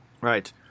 right